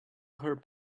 her